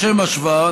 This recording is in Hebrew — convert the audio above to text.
לשם השוואה,